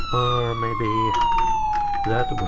or maybe that but